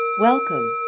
Welcome